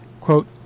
Quote